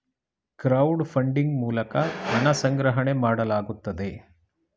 crowd funding ಮೂಲಕ ಹಣ ಸಂಗ್ರಹಣೆ ಮಾಡಲಾಗುತ್ತದೆ